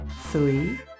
three